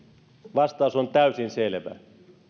vastaus on täysin selvä